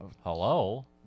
Hello